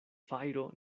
fajro